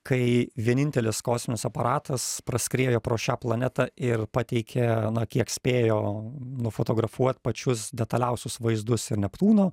kai vienintelis kosminis aparatas praskriejo pro šią planetą ir pateikia na kiek spėjo nufotografuoti pačius detaliausius vaizdus ir neptūno